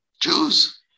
Jews